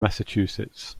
massachusetts